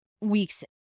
weeks